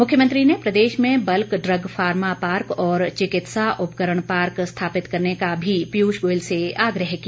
मुख्यमंत्री ने प्रदेश में बल्क ड्रग फार्मा पार्क और चिकित्सा उपकरण पार्क स्थापित करने का भी पीयूष गोयल से आग्रह किया